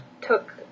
took